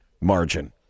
margin